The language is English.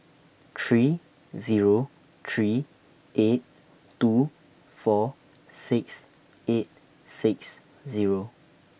three Zero three eight two four six eight six Zero